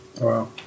Wow